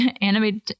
animated